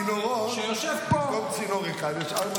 צינורות, במקום צינור אחד, יש ארבעה צינורות.